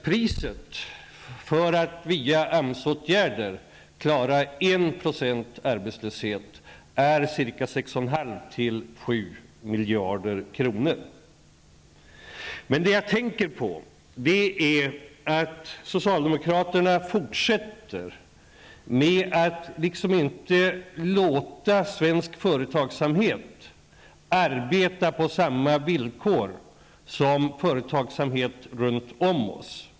Priset för att via Socialdemokraterna fortsätter med att inte låta svensk företagsamhet arbeta på samma villkor som företagsamhet runt omkring oss.